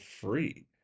free